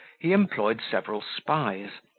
he employed several spies,